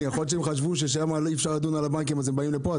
יכול להיות שהם חשבו ששם אי אפשר לדון על הבנקים אז הם באים לפה,